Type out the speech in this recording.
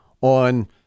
on